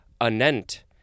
anent